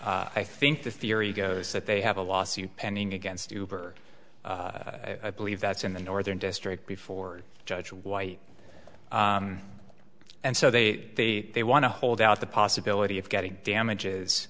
s i think the theory goes that they have a lawsuit pending against uber i believe that's in the northern district before judge white and so they they they want to hold out the possibility of getting damages